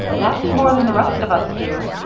that's more than the rest of us do.